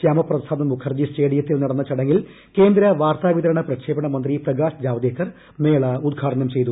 ശാമപ്രസാദ് മുഖർജി സ്റ്റ്ഡിയത്തിൽ നടന്ന ചടങ്ങിൽ കേന്ദ്ര വാർത്താവിതരണ പ്രക്ഷേപണ മന്ത്രി പ്രകാശ് ജാവ്ദേക്കർ മേള ഉദ്ഘാടനം ചെയ്തു